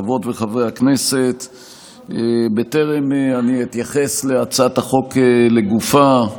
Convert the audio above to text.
חברות וחברי הכנסת, בטרם אתייחס להצעת החוק לגופה,